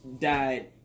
died